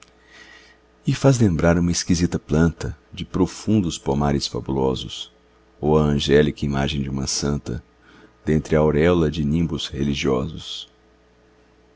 e faz lembrar uma esquisita planta de profundos pomares fabulosos ou a angélica imagem de uma santa dentre a auréola de nimbos religiosos